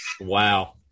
Wow